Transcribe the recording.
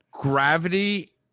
gravity